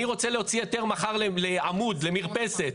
אני רוצה להוציא היתר מחר לעמוד, למרפסת.